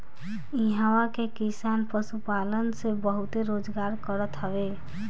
इहां के किसान पशुपालन से बहुते रोजगार करत हवे